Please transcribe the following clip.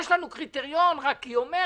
יש לנו קריטריון רק היא אומרת,